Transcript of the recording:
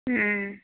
ও